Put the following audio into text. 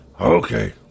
Okay